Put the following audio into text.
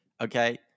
Okay